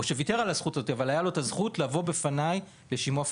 שהוא ויתר עליה לבוא בפניי לשימוע פרונטלי.